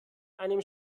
einem